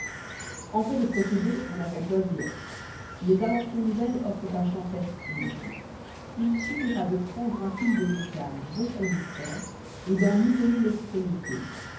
en fait de procédés on n'a qu'à choisir les inventions nouvelles offrent un champ fertile il suffira de prendre un fil de métal bon conducteur et d'en isoler l'extrémité